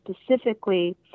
specifically